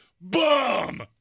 bum